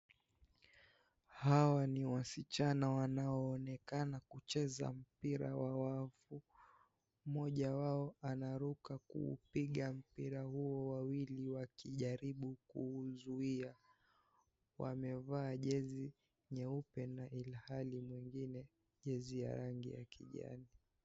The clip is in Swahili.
Hawa ni wasichana wanaoonekana kucheza mpira wa wavu. Mmoja wao, anaruka kuupiga mpira huo, wawili wakijaribu kuzuia. Wamevaa jezi nyeupe na ilhali mwingine jezi ya rangi ya kijani.